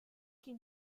qui